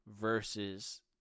versus